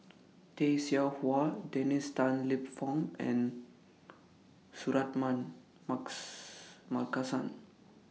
Tay Seow Huah Dennis Tan Lip Fong and Suratman Marks Markasan